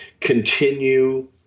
continue